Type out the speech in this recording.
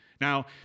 Now